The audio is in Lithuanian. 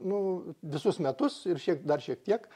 nu visus metus ir dar šiek tiek